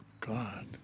God